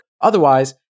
Otherwise